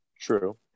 True